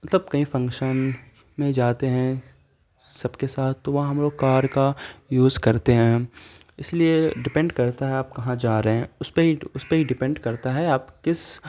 مطلب کہیں فنکشن میں جاتے ہیں سب کے ساتھ تو وہاں ہم لوگ کار کا یوز کرتے ہیں ہم اس لیے ڈپینڈ کرتا ہے آپ کہاں جا رہے ہیں اس پہ ہی اس پہ ہی ڈپینڈ کرتا ہے آپ کس